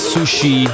Sushi